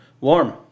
warm